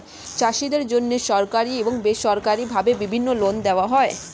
চাষীদের জন্যে সরকারি এবং বেসরকারি ভাবে বিভিন্ন লোন দেওয়া হয়